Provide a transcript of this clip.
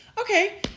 okay